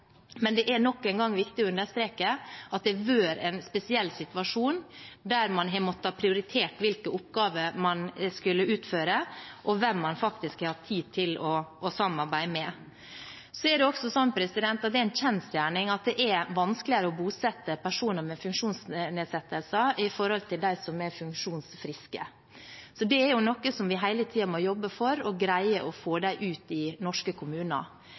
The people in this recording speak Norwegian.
Men det er nok en gang viktig å understreke at det har vært en spesiell situasjon, der man har måttet prioritere hvilke oppgaver man skulle utføre, og hvem man faktisk har hatt tid til å samarbeide med. Så er det også en kjensgjerning at det er vanskeligere å bosette personer med funksjonsnedsettelser enn dem som er funksjonsfriske, og det er noe som vi hele tiden må jobbe for, å greie å få dem ut i norske kommuner.